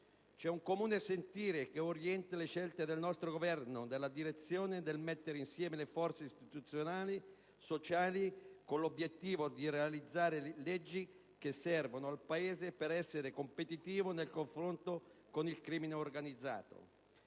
C'è un comune sentire che orienta le scelte del nostro Governo nella direzione del mettere insieme le forze istituzionali e sociali, con l'obiettivo di realizzare leggi che servono al Paese per essere competitivo nel confronto con il crimine organizzato.